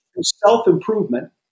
self-improvement